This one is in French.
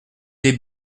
des